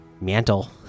mantle